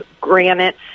granite